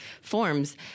forms